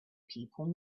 people